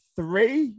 three